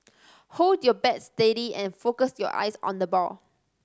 hold your bat steady and focus your eyes on the ball